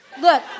Look